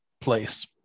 place